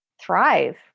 thrive